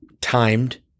timed